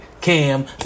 Cam